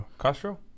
Castro